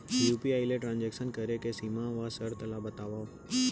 UPI ले transaction करे के सीमा व शर्त ला बतावव?